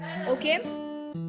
Okay